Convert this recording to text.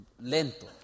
lento